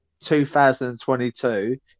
2022